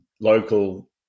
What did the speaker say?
local